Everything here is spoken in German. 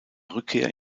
rückkehr